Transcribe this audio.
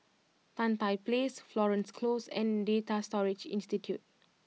Tan Tye Place Florence Close and Data Storage Institute